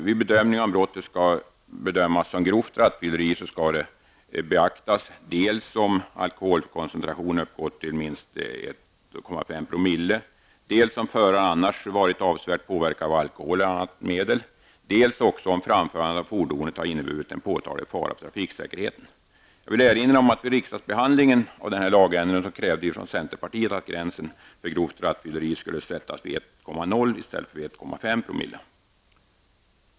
Vid bedömning om brottet skall bedömas som grovt rattfylleri skall enligt trafikbrottslagen särskilt beaktas dels om alkoholkoncentrationen uppgått till minst 1,5 ", dels om ''föraren annars varit avsevärt påverkad av alkohol eller något annat medel'', dels också om ''framförandet av fordonet har inneburit en påtaglig fara för trafiksäkerheten''. Jag vill erinra om att vid riksdagsbehandlingen av lagändringen krävde vi från centerpartiet att gränsen för grovt rattfylleri skulle sättas vid 1,0 " i stället för vid 1,5 ".